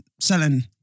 selling